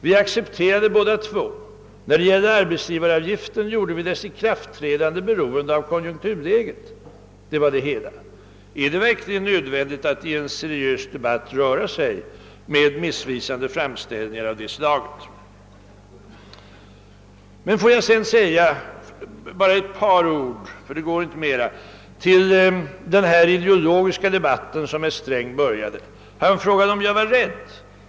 Vi accepterade bägge sakerna, ehuru vi när det gällde arbetsgivaravgiften giorde ikraftträdandet beroende av konjunkturläget — det var det hela. är det då nödvändigt att i en seriös debatt göra missvisande framställningar av detta slag? Får jag sedan bara säga ett par ord — jag hinner inte mer — om den ideologiska debatt som herr Sträng började. Herr Sträng frågade, om jag är rädd.